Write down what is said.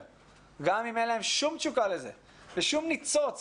גם אם אין להם שום תשוקה לזה ושום ניצוץ,